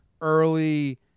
early